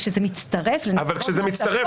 כשזה מצטרף לנסיבות --- כשזה מצטרף